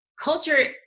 culture